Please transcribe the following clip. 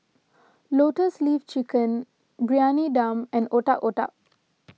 Lotus Leaf Chicken Briyani Dum and Otak Otak